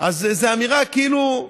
אז זאת אמירה כאילו,